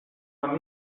man